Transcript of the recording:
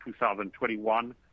2021